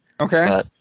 Okay